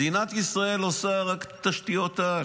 מדינת ישראל עושה רק תשתיות-על.